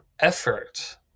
effort